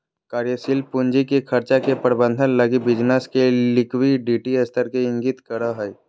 कार्यशील पूंजी के खर्चा के प्रबंधन लगी बिज़नेस के लिक्विडिटी स्तर के इंगित करो हइ